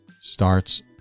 starts